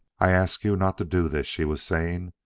i ask you not to do this, she was saying.